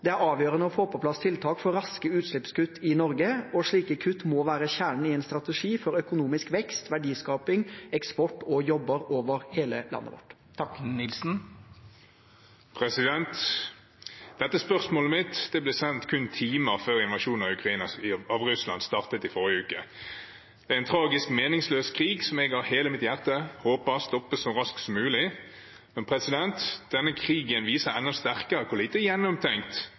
Det er avgjørende å få på plass tiltak for raske utslippskutt i Norge, og slike kutt må være kjernen i en strategi for økonomisk vekst, verdiskaping, eksport og jobber over hele landet. Dette spørsmålet ble sendt kun timer før Russlands invasjon av Ukraina startet i forrige uke. Det er en tragisk, meningsløs krig, som jeg av hele mitt hjerte håper stopper så raskt som mulig. Men denne krigen viser enda sterkere hvor lite gjennomtenkt